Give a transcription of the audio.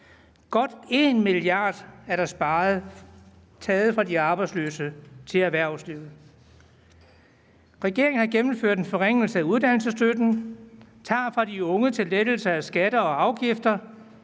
Godt 1 mia. kr. er der sparet – taget fra de arbejdsløse og givet til erhvervslivet. Regeringen har gennemført en forringelse af uddannelsesstøtten; den tager fra de unge til lettelse af skatter og afgifter.